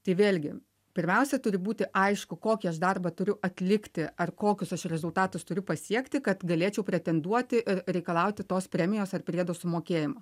tai vėlgi pirmiausia turi būti aišku kokį aš darbą turiu atlikti ar kokius rezultatus turiu pasiekti kad galėčiau pretenduoti ir reikalauti tos premijos ar priedo sumokėjimo